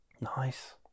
Nice